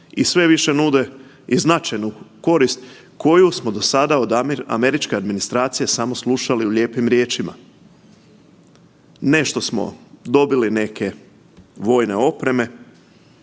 i sve više nude značajnu koristi koju smo do sada od američke administracije samo slušali u lijepim riječima. Nešto smo dobili neke vojne opreme